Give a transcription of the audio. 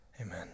Amen